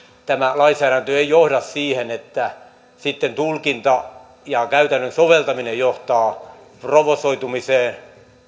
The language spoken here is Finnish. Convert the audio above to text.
tämä lainsäädäntö ei ei johda siihen että tulkinta ja käytännön soveltaminen johtavat provosoitumiseen